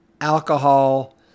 alcohol